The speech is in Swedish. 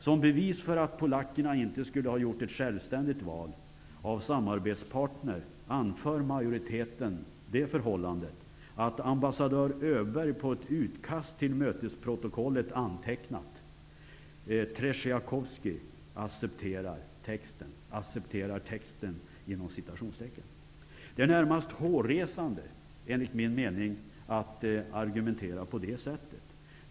Som bevis för att plackerna inte skulle ha gjort ett självständigt val av samarbetspartner anför majoriteten det förhållandet att ambassadör Öberg i ett utkast till mötesprotokollet antecknat att Det är, enligt min mening, närmast hårresande att argumentera på det sättet.